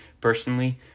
personally